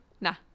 Nah